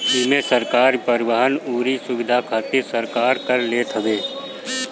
इमे सड़क, परिवहन अउरी सुविधा खातिर सरकार कर लेत हवे